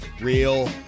Real